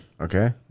Okay